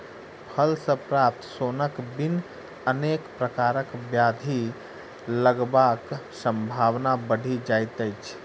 फल सॅ प्राप्त सोनक बिन अनेक प्रकारक ब्याधि लगबाक संभावना बढ़ि जाइत अछि